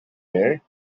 rare